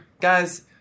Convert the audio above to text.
Guys